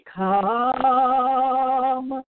come